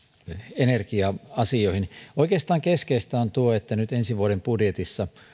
energia asioihin oikeastaan keskeistä on että nyt ensi vuoden budjetissa